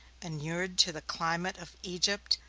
inured to the climate of egypt,